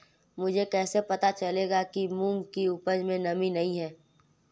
मुझे कैसे पता चलेगा कि मूंग की उपज में नमी नहीं है?